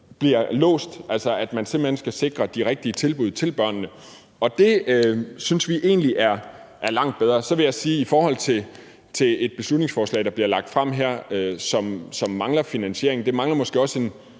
bliver låst, så man altså simpelt hen skal sikre de rigtige tilbud til børnene. Det synes vi egentlig er langt bedre. Så vil jeg om et beslutningsforslag, som er blevet fremsat her, og som mangler finansiering, sige, at det måske også